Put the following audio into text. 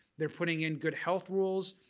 they're putting in good health rules,